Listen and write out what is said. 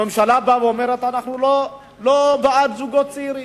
הממשלה באה ואומרת: אנחנו לא בעד זוגות צעירים,